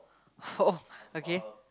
oh okay